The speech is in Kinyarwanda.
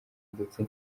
ndetse